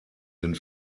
den